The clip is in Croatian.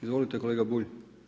Izvolite kolega Bulj.